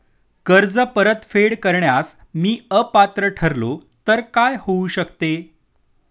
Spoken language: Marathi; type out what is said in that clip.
कर्ज परतफेड करण्यास मी अपात्र ठरलो तर काय होऊ शकते?